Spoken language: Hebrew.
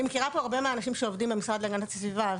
אני מכירה פה הרבה אנשים מהמשרד להגנת הסביבה,